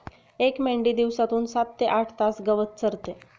एक मेंढी दिवसातून सात ते आठ तास गवत चरते